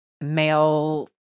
male